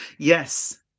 Yes